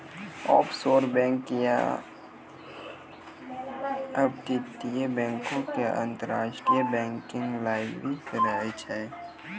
offshore bank या अपतटीय bank के अंतरराष्ट्रीय बैंकिंग लाइसेंस रहै छै